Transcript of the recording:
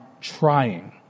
trying